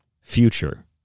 future